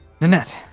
Nanette